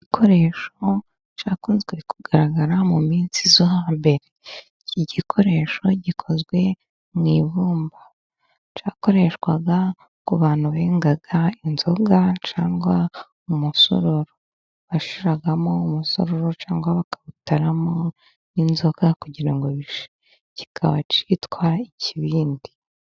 Igikoresho cyakunze kugaragara mu minsi yo hambere. Iki gikoresho gikozwe mu ibumba cyakoreshwaga ku bantu bengaga inzoga cyangwa umusururu. Bashyiragamo umusururu cyangwa bakagitaramo n'inzoga kugira ngo bishye, kikaba kitwa ikibindi.